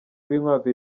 rwinkwavu